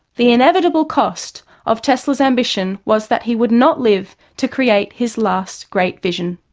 the inevitable cost of tesla's ambition was that he would not live to create his last great vision.